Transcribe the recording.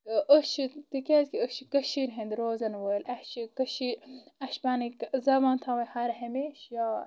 أسۍ چھِ تِکیازِ کہِ أسۍ چھِ کشیٖرِ ہنٛدۍ روزن وٲلۍ اسہِ چھِ یہ کشیٖر أسۍ چھِ پنٕنۍ زبان تھاوٕنۍ ہر ہمیشہِ یاد